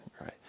right